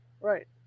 Right